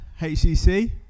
HCC